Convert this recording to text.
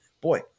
boy